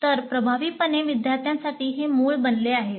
तर प्रभावीपणे विद्यार्थ्यांसाठी हे मूळ बनले आहे